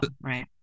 right